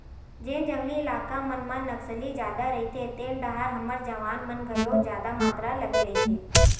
जेन जंगली इलाका मन म नक्सली जादा रहिथे तेन डाहर हमर जवान मन घलो जादा मातरा लगे रहिथे